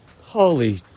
Holy